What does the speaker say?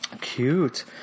Cute